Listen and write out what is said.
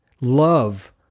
Love